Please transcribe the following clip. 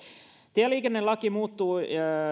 tieliikennelaki muuttuu